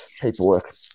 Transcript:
paperwork